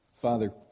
Father